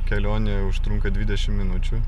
kelionė užtrunka dvidešimt minučių